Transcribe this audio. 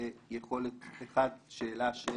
שאלה של